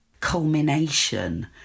culmination